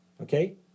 Okay